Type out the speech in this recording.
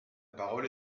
parole